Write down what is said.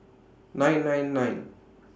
nine nine nine